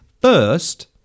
first